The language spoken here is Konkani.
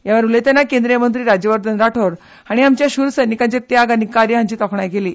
ह्या वेळार उलयतना केंद्रीय मंत्री राज्यवर्धन राठोड हांणी आमच्या शूर सैनिकांचे त्याग आनी कार्य हांची तोखणाय केली